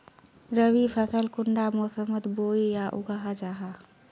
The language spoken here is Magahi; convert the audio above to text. रवि फसल कुंडा मोसमोत बोई या उगाहा जाहा?